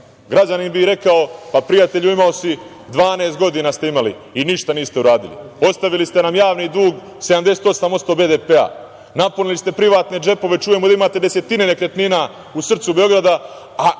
Građanin bi rekao – pa, prijatelju, imali ste 12 godina i ništa niste uradili, ostavili ste nam javni dug 78% BDP, napunili ste privatne džepove, čujemo da imate desetine nekretnina u srcu Beograda, a možete